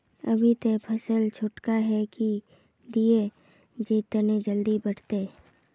अभी ते फसल छोटका है की दिये जे तने जल्दी बढ़ते?